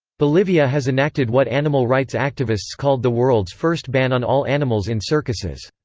bolivia has enacted what animal rights activists called the world's first ban on all animals in circuses.